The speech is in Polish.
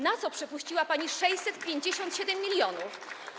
Na co przepuściła pani 657 mln?